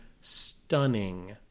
stunning